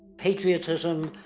patriotism,